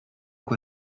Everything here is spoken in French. quoi